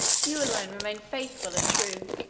you alone remain faithful and true.